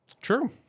True